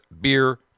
Beer